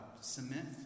cement